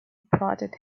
prodded